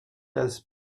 das